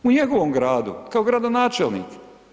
U njegovom gradu, kao gradonačelnik.